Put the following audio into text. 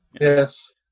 Yes